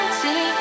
see